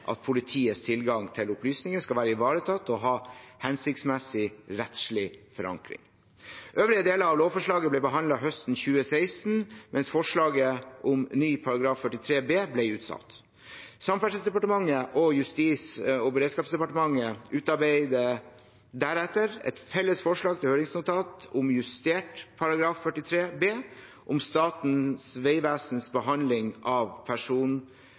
at politiets tilgang til opplysninger skal være ivaretatt og ha hensiktsmessig rettslig forankring. Øvrige deler av lovforslaget ble behandlet høsten 2016, mens forslaget om ny § 43 b ble utsatt. Samferdselsdepartementet og Justis- og beredskapsdepartementet utarbeidet deretter et felles forslag til høringsnotat om justert § 43 b om Statens vegvesens behandling av